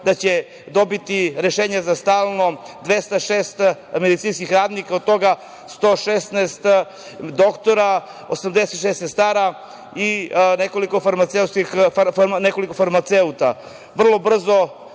da će dobiti rešenje za stalno 206 medicinskih radnika od toga 116 doktora, 86 sestara i nekoliko farmaceuta. Vrlo brzo